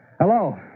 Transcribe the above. Hello